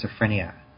schizophrenia